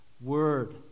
word